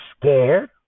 scared